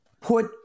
put